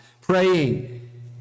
praying